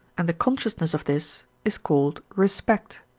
and the consciousness of this, is called respect,